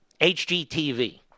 HGTV